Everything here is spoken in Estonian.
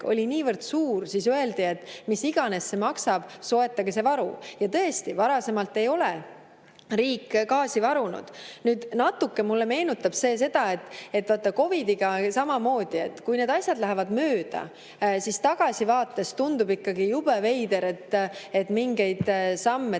oli niivõrd suur, siis öeldi, et mis iganes see maksab, soetage see varu. Ja tõesti, varasemalt ei ole riik gaasi varunud. Natuke mulle meenutab see seda, et vaat COVID-iga oli samamoodi. Kui need asjad lähevad mööda, siis tagasivaates tundub ikkagi jube veider, et mingeid samme